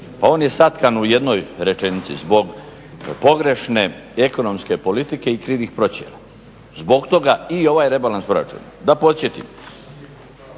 Pa on je satkan u jednoj rečenici, zbog pogrešne ekonomske politike i krivih procjena, zbog toga i ovaj rebalans proračuna. Da podsjetim,